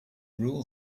rule